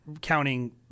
counting